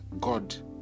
God